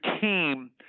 team